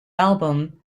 album